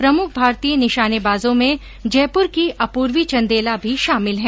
इस भारतीय निशानेबाजों में जयपुर की अपूर्वी चंदेला भी शामिल हैं